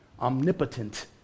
Omnipotent